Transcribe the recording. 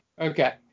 Okay